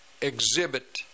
exhibit